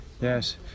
Yes